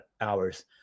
hours